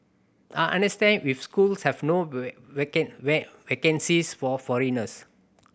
I understand if schools have no vacancies for foreigners